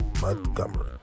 Montgomery